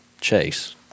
Chase